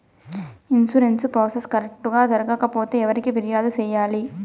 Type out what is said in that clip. insurance process correct గా జరగకపోతే ఎవరికి ఫిర్యాదు సేయాలి